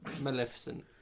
Maleficent